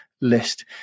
list